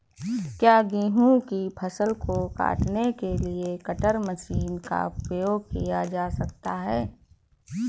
क्या गेहूँ की फसल को काटने के लिए कटर मशीन का उपयोग किया जा सकता है?